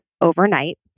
overnight